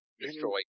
Destroy